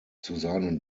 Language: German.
seinen